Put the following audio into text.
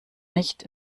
nicht